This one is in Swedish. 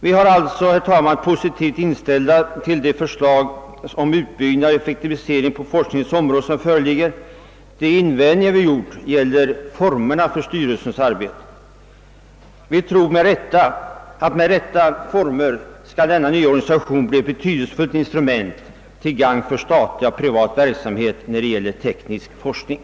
Vi är alltså, herr talman, positivt inställda till de föreliggande förslagen om utbyggnad och effektivisering på forskningens område. De invändningar vi gjort gäller formerna för styrelsens arbete. Vi tror att denna nya organisation, om den utformas på rätt sätt, skall kunna bli ett betydelsefullt instrument till gagn för statlig och privat verksamhet när det gäller teknisk forskning.